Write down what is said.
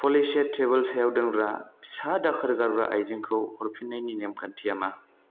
पलिसेर थेबिल सायाव दोनग्रा फिसा दाखोर गारग्रा आयजेंखौ हरफिन्नायनि नेमखान्थिया मा